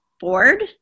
board